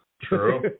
true